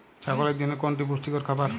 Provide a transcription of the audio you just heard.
ছাগলের জন্য কোনটি পুষ্টিকর খাবার?